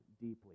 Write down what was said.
deeply